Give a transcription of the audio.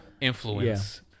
influence